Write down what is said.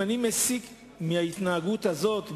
אם אני מסיק מההתנהגות הזאת,